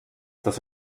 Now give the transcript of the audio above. das